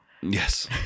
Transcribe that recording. Yes